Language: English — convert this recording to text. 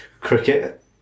cricket